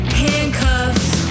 handcuffs